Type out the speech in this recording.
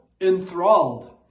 enthralled